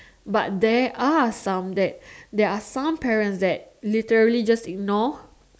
but there are some that there're some parents that literally just ignore